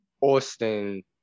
Austin